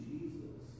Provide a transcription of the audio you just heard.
Jesus